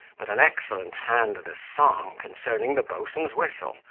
but an excellent hand at a song concerning the boatswain's whistle,